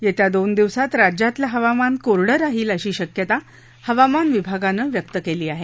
येत्या दोन दिवसात राज्यातलं हवामान कोरडं राहील अशी शक्यता हवामान विभागानं व्यक्त केली आहे